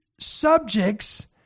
subjects